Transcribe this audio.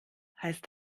heißt